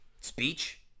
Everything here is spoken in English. Speech